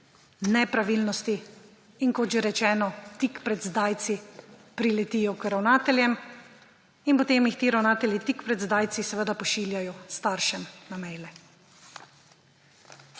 nepravilnosti in, kot že rečeno, tik pred zdajci priletijo k ravnateljem in potem jih ti ravnatelji tik pred zdajci seveda pošiljajo staršem na e-maile.